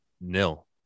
nil